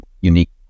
unique